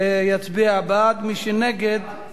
יצביע בעד, מי שנגד, בסדר?